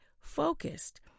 focused